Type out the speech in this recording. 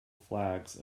flags